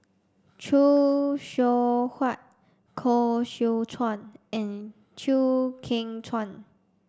Khoo Seow Hwa Koh Seow Chuan and Chew Kheng Chuan